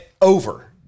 Over